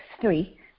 three